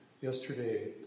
yesterday